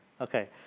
Okay